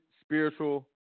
spiritual